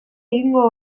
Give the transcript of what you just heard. egingo